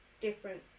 different